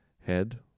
head